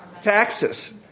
Taxes